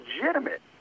legitimate